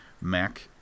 Mac